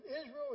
Israel